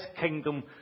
kingdom